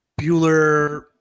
Bueller